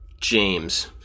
James